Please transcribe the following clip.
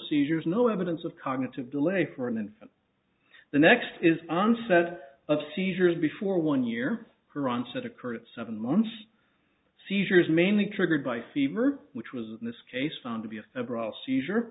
seizures no evidence of cognitive delay for an infant the next is onset of seizures before one year her onset occurred at seven months seizures mainly triggered by fever which was in this case found to be a federal seizure